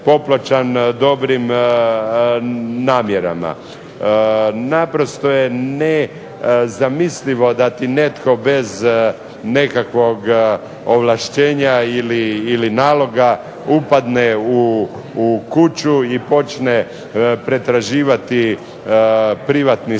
dobrim namjerama. Naprosto je nezamislivo da ti netko bez nekakvog ovlaštenja ili naloga upadne u kuću i počne pretraživati privatni stan,